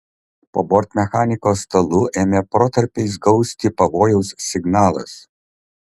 po bortmechaniko stalu ėmė protarpiais gausti pavojaus signalas